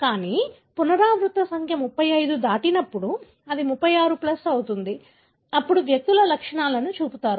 కానీ పునరావృత సంఖ్య 35 దాటినప్పుడు అది 36 ప్లస్ అవుతుంది అప్పుడు వ్యక్తులు లక్షణాలను చూపుతారు